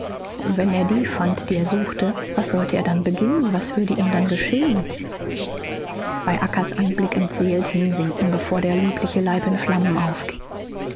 wenn er die fand die er suchte was sollte er dann beginnen was würde ihm dann geschehen bei acca's anblick entseelt hinsinken bevor der liebliche leib in flammen aufging